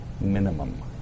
minimum